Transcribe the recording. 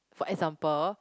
for example